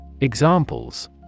Examples